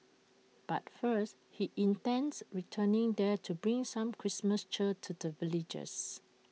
but first he intends returning there to bring some Christmas cheer to the villagers